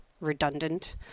redundant